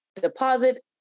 deposit